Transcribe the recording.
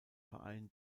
verein